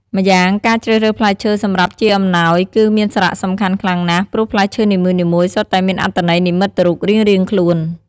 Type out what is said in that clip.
ម្យ៉ាងការជ្រើសរើសផ្លែឈើសម្រាប់ជាអំណោយ គឺមានសារៈសំខាន់ខ្លាំងណាស់ ព្រោះផ្លែឈើនីមួយៗសុទ្ធតែមានអត្ថន័យនិមិត្តរូបរៀងៗខ្លួន។